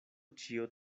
ĉio